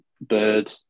Bird